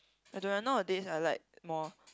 I don't want nowadays I like more